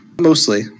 Mostly